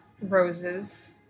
Rose's